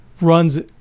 runs